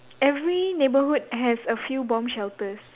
every neighborhood has a few bomb shelters